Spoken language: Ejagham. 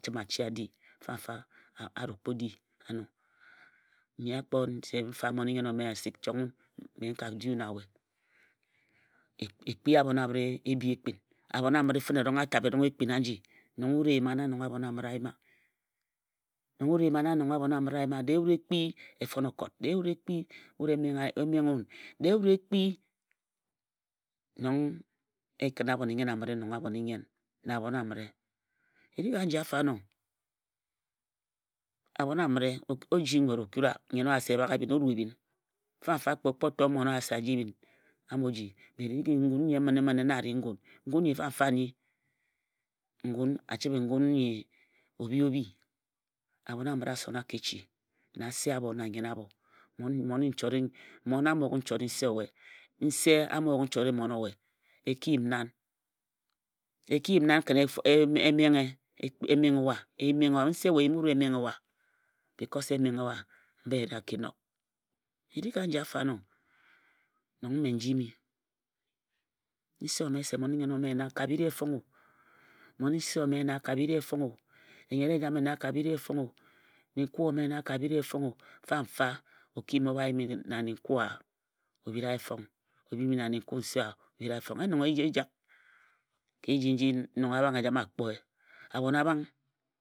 Erik aji ntem a fon eyim-edim atem a chime a chi a di. Mfamfa a ro kpo di ano. Nne a kpo ye nne se chong wun me mmon-i-nnyen ome asik mme n ka du na we. E kpia abhon amine ebi ekpin. Abhon amire erong a tabhe ebi ekpin aji. Nong wut e yima na nong abhon amire a yima. Dee wut e kpii nong e fona okot, de wut e kpii, e fon okot, dee wut e kpii wut e menghe wan dee wut e kpii nong e kina abhon-i-nnyen amire nong abhon-i-nnyen. Na abhon amire. Eric aji afo ano abhon amire o ji nwet o kura nnyen owa se bak e nue ebhin o rue ebhin. Fa mfa kpe o kpo mmon owa se a jiebhin amo ji. Ngun nyi emine-mine na a ri ngun. Ngun nyi famfa nnyi a chibhe ngun nyi obhi obhi. Abhon a mire a sona ka echi na ase abho na anyen abho. Mmon a bho yuk nchot i nnyen owe, Nse a mo yuk nchot mmon owe. E ki yim nan kin e menghe wa. E menghe. Nse we yim we e menghe wa bicos e menghe wa mba oyere a ki nob. Erik aji nong me n jimi nse ome se mmon i nnyen ome naa ka bhiri ye fong o. Mmon i nee ome naa o ka bhiri ye fong o. Enyere cjame nna ka bhiri ye fong o. Nnenkue ome nna ka bhiri ye fong o. Famfa o ki yijmi kna nne nkue owe o bhiriaye fong. O yimi na nnenkue mse owa o bhir ye fong. Yen nong e jak ka eji Abhang a kpoe abhon Abhang.